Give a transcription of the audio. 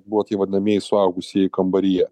buvo tie vadinamieji suaugusieji kambaryje